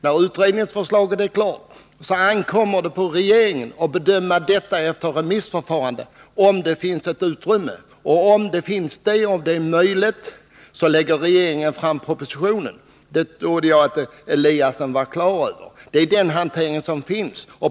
När utredningen är klar med sitt förslag ankommer det på regeringen att efter remissförfarandet göra en bedömning. Om det finns ekonomiskt utrymme, lägger regeringen fram en proposition. Det trodde jag att Ingemar Eliasson var på det klara med. Detta är ju den hantering som gäller.